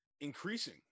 increasing